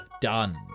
done